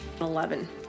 Eleven